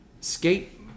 skate